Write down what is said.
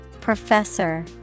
Professor